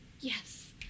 Yes